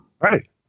Right